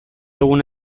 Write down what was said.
egun